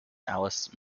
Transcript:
alice